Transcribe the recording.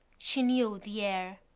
she knew the air.